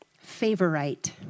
Favorite